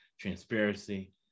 transparency